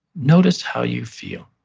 notice how you feel.